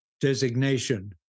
designation